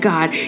God